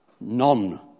none